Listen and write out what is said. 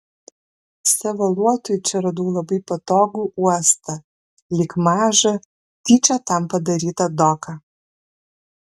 savo luotui čia radau labai patogų uostą lyg mažą tyčia tam padarytą doką